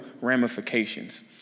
ramifications